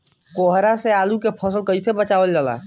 कोहरा से आलू के फसल कईसे बचावल जा सकेला?